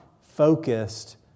focused